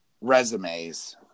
resumes